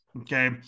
Okay